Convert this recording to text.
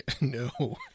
No